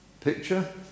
picture